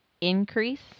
increase